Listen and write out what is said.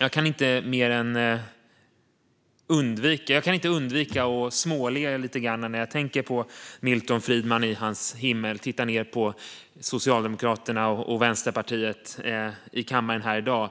Jag kan inte undvika att småle lite grann när jag tänker på Milton Friedman i hans himmel, där han tittar ned på Socialdemokraterna och Vänsterpartiet här i kammaren i dag.